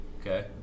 Okay